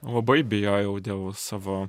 labai bijojau dėl savo